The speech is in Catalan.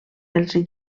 els